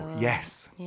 yes